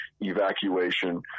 evacuation